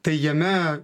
tai jame